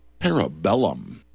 parabellum